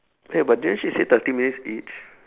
eh but didn't she say thirty minutes each